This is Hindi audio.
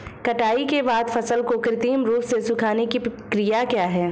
कटाई के बाद फसल को कृत्रिम रूप से सुखाने की क्रिया क्या है?